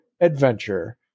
adventure